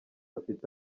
afite